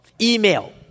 email